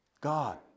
God